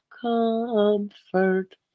comfort